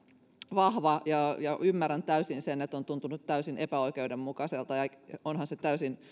vahva ja ymmärrän täysin sen että on tuntunut täysin epäoikeudenmukaiselta ja onhan se täysin